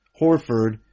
Horford